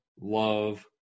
love